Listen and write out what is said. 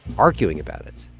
arguing about it.